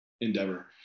endeavor